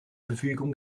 verfügung